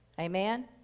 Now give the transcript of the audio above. Amen